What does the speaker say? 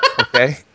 Okay